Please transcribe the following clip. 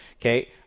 okay